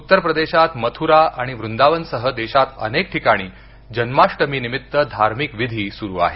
उत्तर प्रदेशात मथुरा आणि वृंदावन सह देशात अनेक ठिकाणी जन्माष्टमीनिमित्त धार्मिक विधीं सुरु आहेत